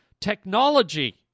Technology